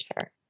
Sure